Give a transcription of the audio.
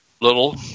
little